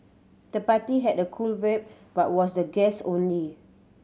the party had a cool vibe but was the guests only